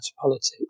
politics